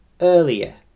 earlier